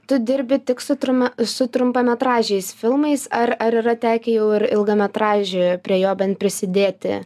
tu dirbi tik su trume su trumpametražiais filmais ar ar yra tekę jau ir ilgametražį prie jo bent prisidėti